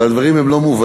אבל הדברים הם לא מובנים.